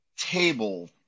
table